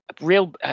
real